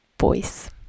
voice